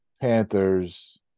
Panthers